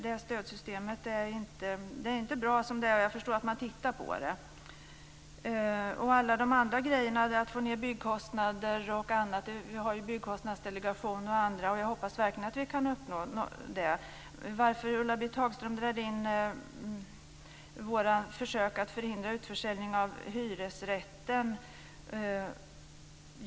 Det stödsystemet är inte bra som det är. Jag förstår att man tittar på det. När det gäller alla de andra grejerna, att t.ex. få ned byggkostnaderna, har vi ju Byggkostnadsdelegationen och andra. Jag hoppas verkligen att vi kan uppnå det. Ulla-Britt Hagström drar också in våra försök att förhindra utförsäljning av hyresrätten.